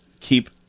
keep